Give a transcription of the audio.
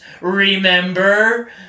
Remember